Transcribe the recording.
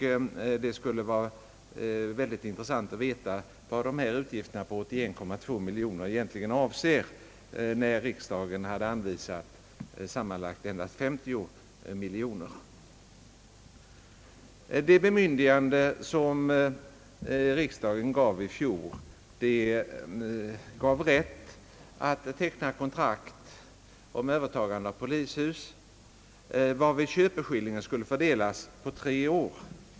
Det skulle vara mycket intressant att veta vad utgifterna på 81,2 miljoner egentligen avser, när riksdagen hade anvisat sammanlagt endast 50 miljoner. Det bemyndigande som riksdagen lämnade i fjol gav rätt att teckna kontrakt om övertagande av polishus, varvid köpeskillingen skulle fördelas på tre år.